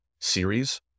series